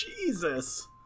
Jesus